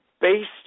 Based